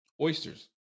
oysters